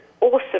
awesome